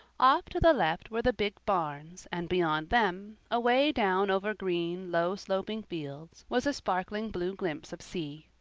off to the left were the big barns and beyond them, away down over green, low-sloping fields, was a sparkling blue glimpse of sea.